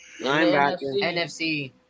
NFC